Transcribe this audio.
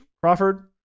Crawford